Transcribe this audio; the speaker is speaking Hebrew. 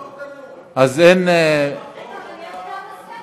את עוד פעם מאיימת, כמו שאני לא שם?